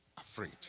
afraid